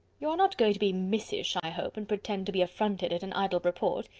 you are not going to be missish, i hope, and pretend to be affronted at an idle report.